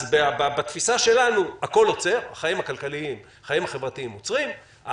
אז בתפיסה שלנו הכול עוצר, החיים החברתיים עוצרים.